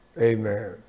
amen